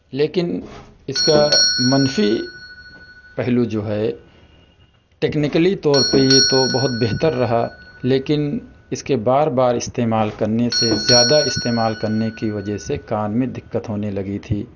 لیکن اِس کا منفی پہلو جو ہے ٹکنیکلی طور پر یہ تو بہت بہتر رہا لیکن اِس کے بار بار استعمال کرنے سے زیادہ استعمال کرنے کی وجہ سے کان میں دقت ہونے لگی تھی